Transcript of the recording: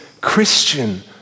Christian